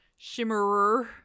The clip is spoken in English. Shimmerer